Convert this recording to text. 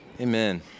amen